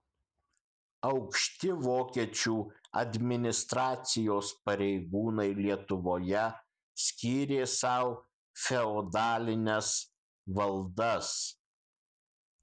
aukšti vokiečių administracijos pareigūnai lietuvoje skyrė sau feodalines valdas